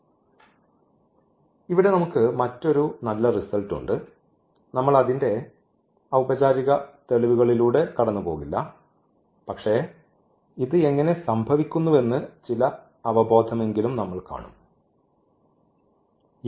അതിനാൽ ഇവിടെ മറ്റൊരു നല്ല റിസൾട്ട് ഉണ്ട് നമ്മൾ അതിൻറെ ഔപചാരിക തെളിവുകളിലൂടെ കടന്നുപോകില്ല പക്ഷേ ഇത് എങ്ങനെ സംഭവിക്കുന്നുവെന്ന് ചില അവബോധമെങ്കിലും നമ്മൾ കാണും